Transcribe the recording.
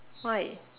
why